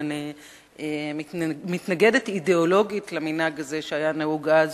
ואני מתנגדת אידיאולוגית למנהג הזה שהיה נהוג אז,